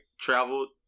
traveled